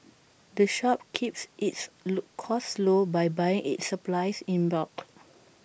the shop keeps its low costs low by buying its supplies in bulk